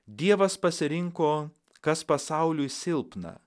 dievas pasirinko kas pasauliui silpna